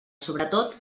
sobretot